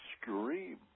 scream